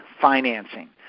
financing